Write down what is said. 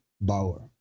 Bauer